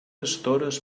estores